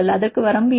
அதற்கு வரம்பு என்ன